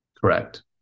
Correct